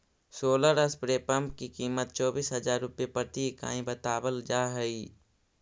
solar spray pump की कीमत चौबीस हज़ार रुपए प्रति इकाई बतावल जा हई